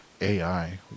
AI